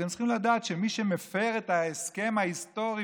אתם צריכים לדעת שמי שמפר את ההסכם ההיסטורי